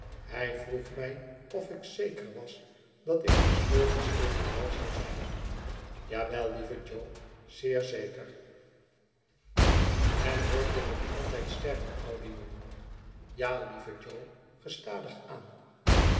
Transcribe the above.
hij vroeg mij of ik zeker was dat ik des morgens even wel zou zijn ja wel lieve jo zeer zeker en wordtje nog altijd sterker oudejongen ja lieve jo gestadig aan